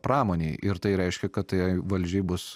pramonėj ir tai reiškia kad tai valdžiai bus